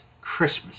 Christmas